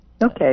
Okay